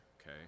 okay